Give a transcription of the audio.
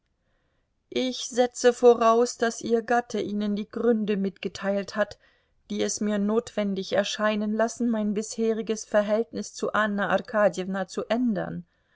ich setze voraus daß ihr gatte ihnen die gründe mitgeteilt hat die es mir notwendig erscheinen lassen mein bisheriges verhältnis zu anna arkadjewna zu ändern